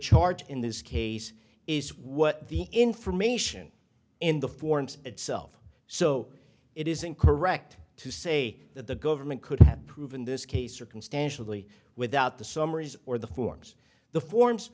charge in this case is what the information in the forms itself so it isn't correct to say that the government could have proven this case circumstantially without the summaries or the forms the forms